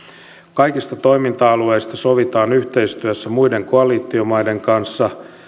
kaikista toiminta alueista sovitaan yhteistyössä muiden koalitiomaiden kanssa